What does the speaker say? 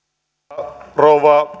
arvoisa rouva